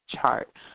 chart